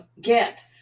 get